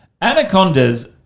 Anacondas